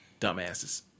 dumbasses